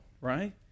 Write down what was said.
right